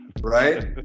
right